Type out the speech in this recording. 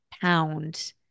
pound